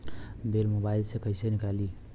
Bill mobile से कईसे निकाली?